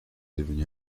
devenu